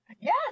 Yes